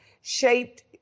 shaped